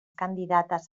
candidates